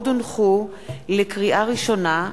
לקריאה ראשונה,